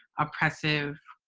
oppressive,